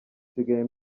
nsigaye